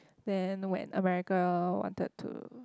then when American wanted to